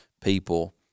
people